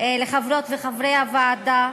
לחברות וחברי הוועדה,